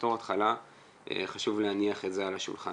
בתוך התחלה חשוב להניח את זה על השולחן.